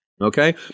okay